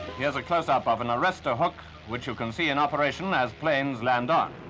here's a closeup of an arrestor hook, which you can see in operation as planes land on.